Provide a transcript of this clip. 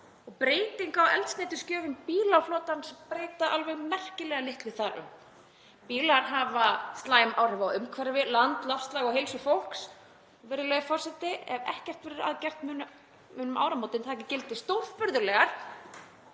Breyting á eldsneytisgjöfum bílaflotans breyta alveg merkilega litlu þar um. Bílar hafa slæm áhrif á umhverfi, land, loftslag og heilsu fólks. Virðulegi forseti. Ef ekkert verður að gert munu um áramótin taka gildi stórfurðulegar